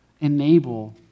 enable